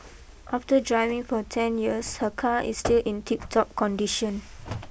after driving for ten years her car is still in tip top condition